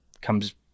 comes